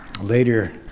later